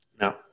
No